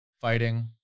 Fighting